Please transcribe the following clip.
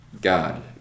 God